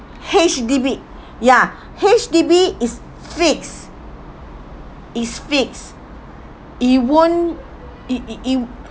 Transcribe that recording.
H_D_B ya H_D_B is fixed is fixed it won't it it it